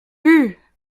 hue